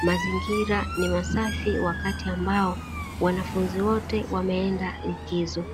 mazingira ni masafi wakati ambao wanafunzi wote wameenda likizo.